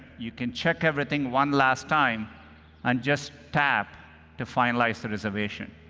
you can check everything one last time and just tap to finalize the reservation.